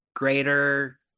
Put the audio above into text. greater